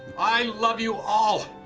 i love you all.